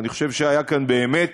אני חושב שהיה כאן באמת